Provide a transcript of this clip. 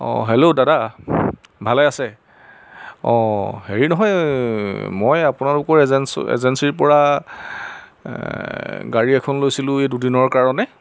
অঁ হেল্ল' দাদা ভালে আছে অঁ হেৰি নহয় মই আপোনালোকৰ এজেঞ্চিৰপৰা গাড়ী এখন লৈছিলোঁ এই দুদিনৰ কাৰণে